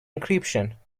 encryption